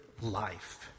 life